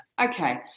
Okay